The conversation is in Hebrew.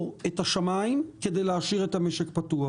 את השמיים כדי להשאיר את המשק פתוח.